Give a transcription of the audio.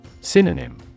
Synonym